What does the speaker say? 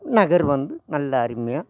நகர் வந்து நல்ல அருமையாக